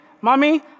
mommy